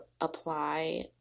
apply